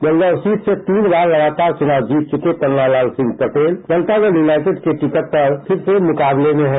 Beldaur seat से तीन बार लगातार चुनाव जीत चुके पन्नालाल सिंह पटेल जनता दल यूनाइटेड के टिकट पर फिर से मुकाबले में हैं